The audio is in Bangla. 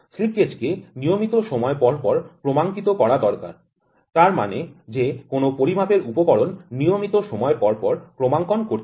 স্লিপগেজ কে নিয়মিত সময় পর পর ক্রমাঙ্কিত করা দরকার তার মানে যে কোনও পরিমাপের উপকরণ নিয়মিত সময় পর পর ক্রমাঙ্কন করতে হয়